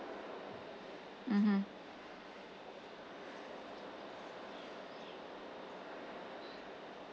mmhmm